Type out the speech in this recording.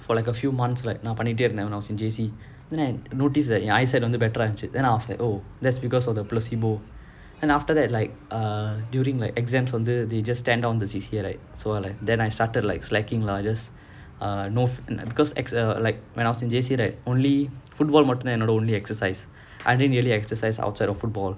for like a few months like பண்ணிட்டே இருந்தேன்:pannitae irunthaen when I was in J_C then I noticed that I said my eye sight better eh இருந்துச்சி:irunthuchi then I was like oh that's because of the placebo and after that like err during the exams they just stand down the C_C_A so I like then I started like slacking lah just no because err like when I was in J_C right only football மட்டும் தான் என்னோட:mattum thaan ennoda only exercise I didn't really exercise outside of football